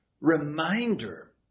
reminder